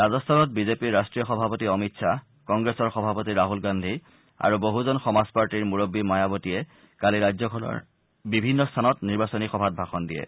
ৰাজস্থানত বিজেপিৰ ৰাষ্ট্ৰীয় সভাপতি অমিত খাহ কংগ্ৰেছৰ সভাপতি ৰাহুল গান্ধী আৰু বহুজন সমাজ পাৰ্টীৰ মুৰববী মায়াৱতীয়ে কালি ৰাজ্যখনৰ বিভিন্ন স্থানত নিৰ্বাচনী সভাত ভাষণ দিয়ে